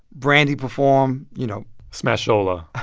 brandy performed, you know special. ah